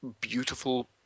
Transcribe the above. beautiful